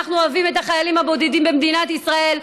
אנחנו אוהבים את החיילים הבודדים במדינת ישראל,